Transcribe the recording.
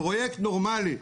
פרויקט נורמלי,